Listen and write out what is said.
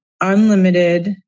unlimited